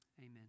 Amen